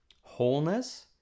wholeness